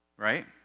Right